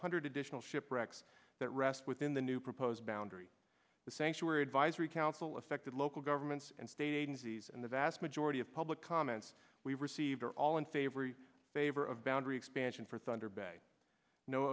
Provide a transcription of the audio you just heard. hundred additional shipwrecks that rests within the new proposed boundary the sanctuary advisory council affected local governments and state agencies and the vast majority of public comments we've received are all in favor favor of boundary expansion for thunderball no